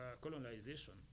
colonization